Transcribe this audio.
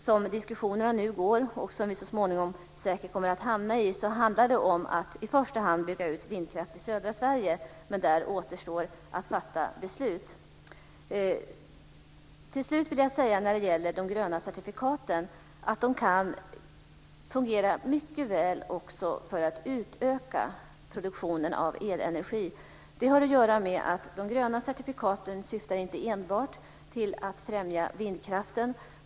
Som diskussionerna nu går, och vi kommer säkert att hamna där, handlar det om att i första hand bygga ut vindkraft i södra Sverige. Men där återstår att fatta beslut. De gröna certifikaten kan fungera mycket väl för att utöka produktionen av elenergi. De gröna certifikaten syftar inte enbart till att främja vindkraften.